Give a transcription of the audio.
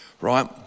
Right